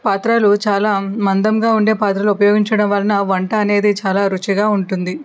పాత్రలు చాలా మందంగా ఉండే పాత్రలను ఉపయోగించడం వలన వంట అనేది చాలా రుచిగా ఉంటుంది